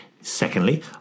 Secondly